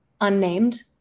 unnamed